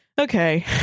okay